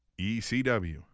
ECW